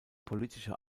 politische